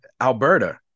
Alberta